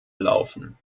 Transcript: laufen